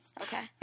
Okay